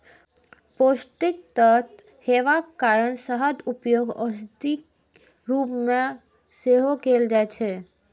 पौष्टिक तत्व हेबाक कारण शहदक उपयोग औषधिक रूप मे सेहो कैल जाइ छै